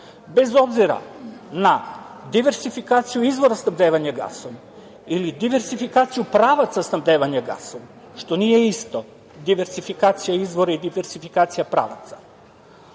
bez obzira na diversifikaciju izvora snabdevanja gasom ili diversifikaciju pravaca snabdevanja gasom, što nije isto, diversifikacija izvori, diversifikacija pravaca.